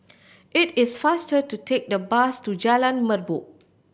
it is faster to take the bus to Jalan Merbok